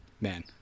Man